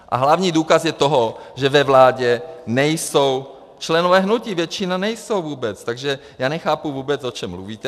A hlavní důkaz toho je, že ve vládě nejsou členové hnutí, většina nejsou vůbec, takže já nechápu vůbec, o čem mluvíte.